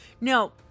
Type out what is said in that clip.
No